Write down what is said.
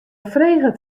freget